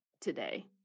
today